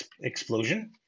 explosion